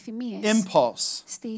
Impulse